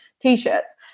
t-shirts